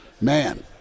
man